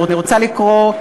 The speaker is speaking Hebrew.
אני רוצה לקרוא,